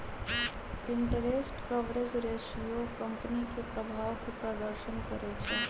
interest coverage ratio company के प्रभाव के प्रदर्शन करइ छै